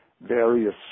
various